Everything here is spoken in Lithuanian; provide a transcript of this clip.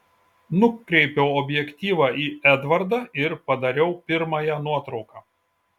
nukreipiau objektyvą į edvardą ir padariau pirmąją nuotrauką